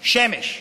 שמש,